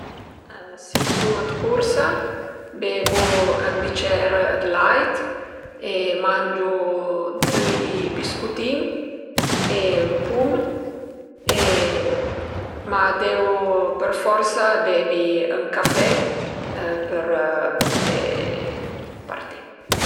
Si sun 'd cursa bevu ën bicer 'd lait e mangiu düi biscutin e ün pum e ma deu për forsa bevi ën café për pughé parti